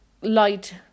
light